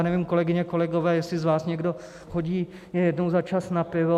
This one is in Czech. Nevím, kolegyně, kolegové, jestli z vás někdo chodí jednou za čas na pivo.